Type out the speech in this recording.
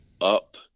up